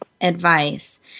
advice